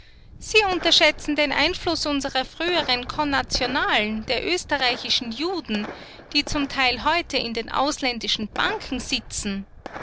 sie unterschätzen den einfluß unserer früheren konnationalen der österreichischen juden die zum teil heute in den ausländischen banken sitzen